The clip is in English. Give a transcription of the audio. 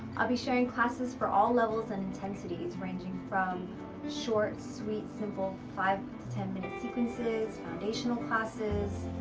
i'll be sharing classes for all levels and intensities, ranging from short, sweet simple five to ten minute sequences foundational classes